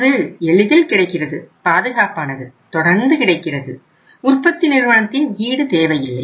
அது எளிதில் கிடைக்கிறது பாதுகாப்பானது தொடர்ந்து கிடைக்கிறது உற்பத்தி நிறுவனத்தின் ஈடு தேவையில்லை